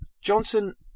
Johnson